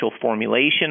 formulation